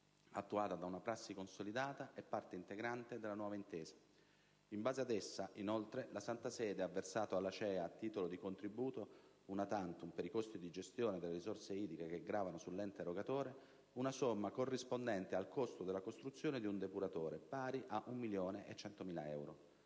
attuata da una prassi consolidata e parte integrante della nuova Intesa. In base ad essa, inoltre, la Santa Sede ha versato all'ACEA, a titolo di contributo *una tantum* per i costi di gestione delle risorse idriche che gravano sull'ente erogatore, una somma corrispondente al costo della costruzione di un depuratore, pari a 1.100.000 euro.